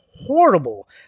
horrible